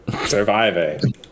surviving